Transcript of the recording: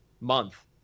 month